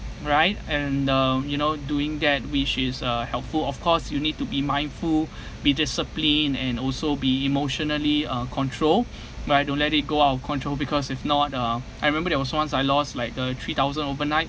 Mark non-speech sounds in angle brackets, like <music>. right and um you know doing that which is uh helpful of course you need to be mindful <breath> be discipline and also be emotionally uh control but I don't let it go out of control because if not uh I remember there was once I lost like uh three thousand overnight